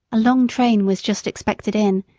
a long train was just expected in,